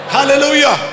Hallelujah